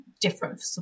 different